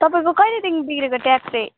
तपईँको कहिलेदेखि बिग्रेको ट्याब चाहिँ